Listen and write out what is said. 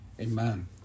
Amen